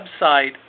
website